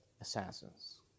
assassins